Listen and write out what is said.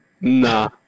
nah